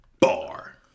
bar